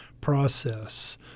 process